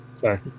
sorry